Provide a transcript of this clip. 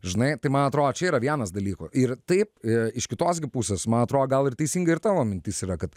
žinai tai man atrodo čia yra vienas dalykų ir taip iš kitos gi pusės man atrodo gal ir teisinga ir tavo mintis yra kad